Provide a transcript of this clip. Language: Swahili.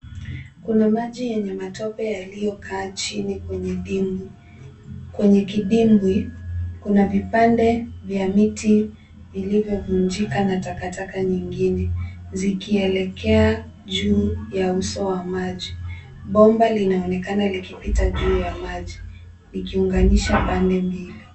Kuna maji yenye matope yaliyokaa chini kwenye dimbwi. Kwenye kidimbwi, kuna vipande vya miti vilivyovunjika na takataka nyingine zikielekea juu ya uso wa maji. Bomba linaonekana likipita juu ya maji likiunganisha pande mbili.